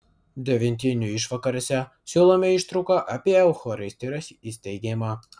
devintinių išvakarėse siūlome ištrauką apie eucharistijos įsteigimą